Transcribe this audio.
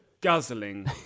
guzzling